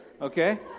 okay